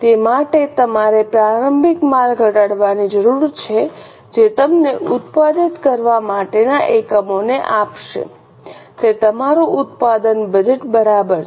તે માટે તમારે પ્રારંભિક માલ ઘટાડવાની જરૂર છે જે તમને ઉત્પાદિત કરવા માટેના એકમોને આપશે તે તમારું ઉત્પાદન બજેટ બરાબર છે